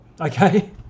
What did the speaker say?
Okay